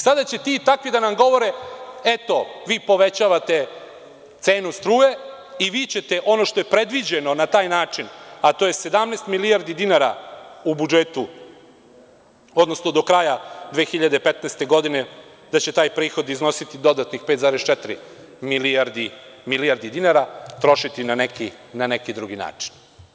Sada će ti i takvi da nam govore – eto, vi povećavate cenu struje i vi ćete ono što je predviđeno na taj način, a to je 17 milijardi dinara u budžetu, odnosno do kraja 2015. godine da će taj prihod iznositi dodatnih 5,4 milijardi dinara, trošiti na neki drugi način.